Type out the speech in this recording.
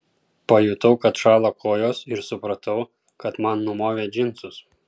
pajutau kad šąla kojos ir supratau kad man numovė džinsus